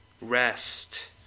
rest